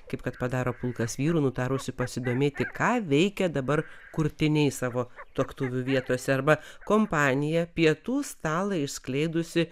kaip kad padaro pulkas vyrų nutarusių pasidomėti ką veikia dabar kurtiniai savo tuoktuvių vietose arba kompanija pietų stalą išskleidusi